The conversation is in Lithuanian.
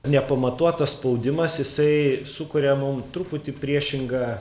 nepamatuotas spaudimas jisai sukuria mum truputį priešingą